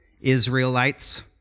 Israelites